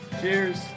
Cheers